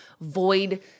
void